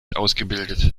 ausgebildet